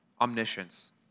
omniscience